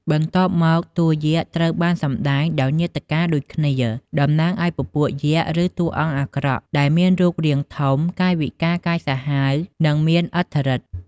បន្ទាប់មក តួយក្សត្រូវបានសម្ដែងដោយនាដករដូចគ្នា តំណាងឲ្យពពួកយក្ស ឬតួអង្គអាក្រក់ ដែលមានរូបរាងធំ កាយវិការកាចសាហាវ និងមានឥទ្ធិឫទ្ធិ។